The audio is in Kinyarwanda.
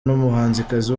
n’umuhanzikazi